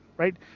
Right